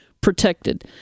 protected